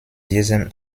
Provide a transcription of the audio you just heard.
diesem